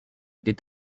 les